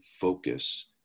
focus